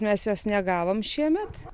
mes jos negavom šiemet